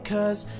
Cause